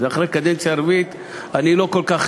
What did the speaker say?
אחרי הקדנציה הרביעית אני לא כל כך